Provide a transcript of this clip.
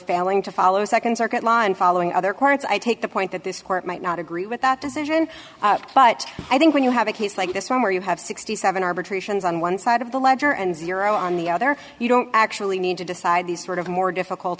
failing to follow nd circuit law and following other courts i take the point that this court might not agree with that decision but i think when you have a case like this one where you have sixty seven arbitrations on one side of the ledger and zero on the other you don't actually need to decide these sort of more difficult